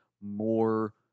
more